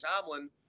Tomlin